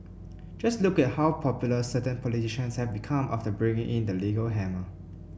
just look at how popular certain politicians have become after bringing in the legal hammer